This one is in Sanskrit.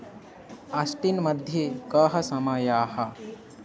आश्टीन् मध्ये कः समयः